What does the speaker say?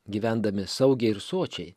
gyvendami saugiai ir sočiai